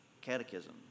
catechism